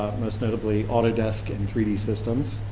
most notably autodesk and three d systems.